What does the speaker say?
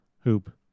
Hoop